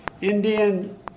Indian